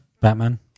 Batman